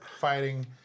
fighting